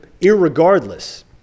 irregardless